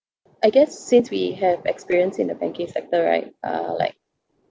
I guess since we have experience in the banking sector right uh like